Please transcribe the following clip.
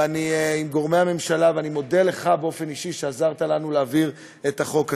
ואני מודה לך באופן אישי על שעזרת לנו להעביר את החוק הזה.